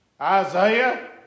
Isaiah